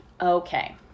Okay